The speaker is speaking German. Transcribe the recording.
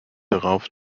darauf